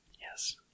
Yes